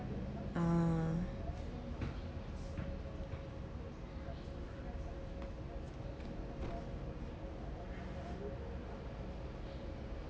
uh